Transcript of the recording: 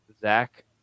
Zach